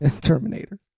Terminator